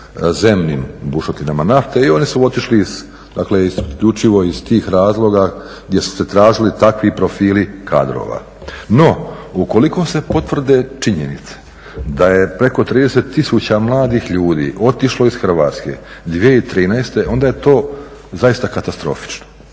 zemnim bušotinama nafte. I oni su otišli isključivo iz tih razloga gdje su se tražili takvi profili kadrova. No, ukoliko se potvrde činjenice da je preko 30 tisuća mladih ljudi otišlo iz Hrvatske 2013.onda je to zaista katastrofično.